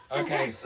okay